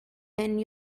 and